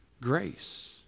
Grace